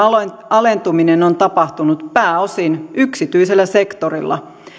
alentuminen on tapahtunut pääosin yksityisellä sektorilla